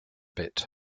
bit